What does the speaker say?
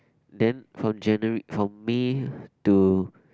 then from January from May to